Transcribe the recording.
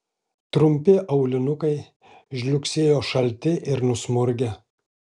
trumpi aulinukai žliugsėjo šalti ir nusmurgę